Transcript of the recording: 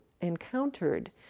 encountered